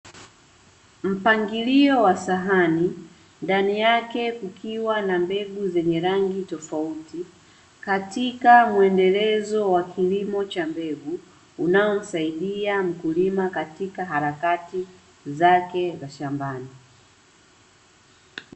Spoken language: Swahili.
Mpangilio wa sahani ndani yake kukiwa na mbegu zenye rangi tofauti, katika muendelezo wa kilimo cha mbegu unaomsaidia mkulima katika harakati zake za shambani.